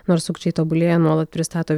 nors sukčiai tobulėja nuolat pristato